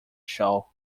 show